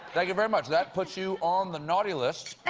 thank you very much. that puts you on the naughty list.